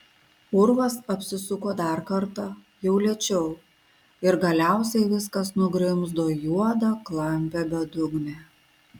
urvas apsisuko dar kartą jau lėčiau ir galiausiai viskas nugrimzdo į juodą klampią bedugnę